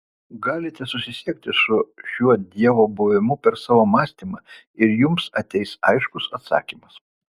galite susisiekti su šiuo dievo buvimu per savo mąstymą ir jums ateis aiškus atsakymas